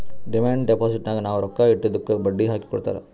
demand ಡಿಪೋಸಿಟ್ನಾಗ್ ನಾವ್ ರೊಕ್ಕಾ ಇಟ್ಟಿದ್ದುಕ್ ಬಡ್ಡಿ ಹಾಕಿ ಕೊಡ್ತಾರ್